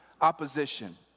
opposition